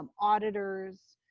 um auditors,